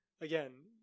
again